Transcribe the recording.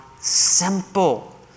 simple